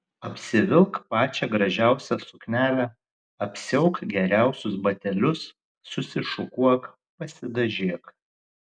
apsivilk pačią gražiausią suknelę apsiauk geriausius batelius susišukuok pasidažyk